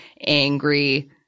angry